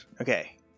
Okay